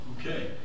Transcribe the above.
Okay